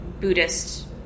Buddhist